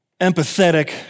empathetic